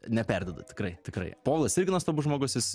neperdedu tikrai tikrai povilas irgi nuostabus žmogus jis